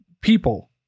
people